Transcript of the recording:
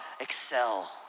Excel